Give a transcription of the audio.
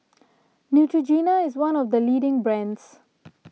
Neutrogena is one of the leading brands